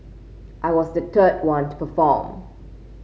I was the third one to perform